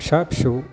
फिसा फिसौ